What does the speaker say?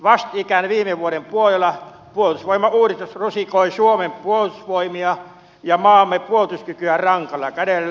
vastikään viime vuoden puolella puolustusvoimauudistus rusikoi suomen puolustusvoimia ja maamme puolustuskykyä rankalla kädellä